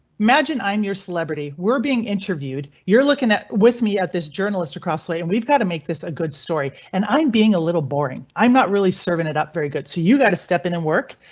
imagine i'm your celebrity were being interviewed. you're looking at with me at this journalist across late, and we've got to make a good story. and i'm being a little boring. i'm not really serving it up very good, so you got to step in and work.